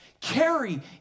carry